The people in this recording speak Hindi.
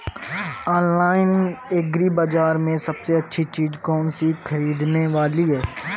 ऑनलाइन एग्री बाजार में सबसे अच्छी चीज कौन सी ख़रीदने वाली है?